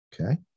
okay